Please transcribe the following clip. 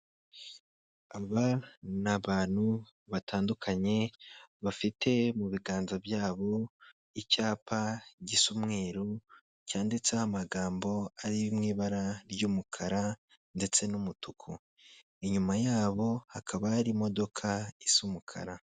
Aba ni abantu batandukanye bafite mu biganza byabo icyapa gisa umweru cyanditseho amagambo ari mu ibara ry'umukara ndetse n'umutuku, inyuma yabo hakaba hari imodoka isa umukara.